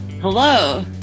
Hello